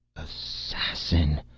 assassin!